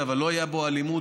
אבל לא הייתה בו אלימות,